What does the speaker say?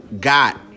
got